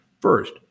First